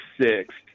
sixth